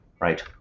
right